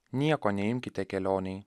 nieko neimkite kelionei